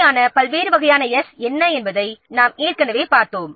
தேவையான மற்றும் பல்வேறு வகையான 's' என்ன என்பதை நாம் ஏற்கனவே பார்த்தோம்